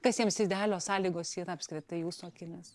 kas jiems idealios sąlygos yra apskritai jūsų akimis